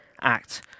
Act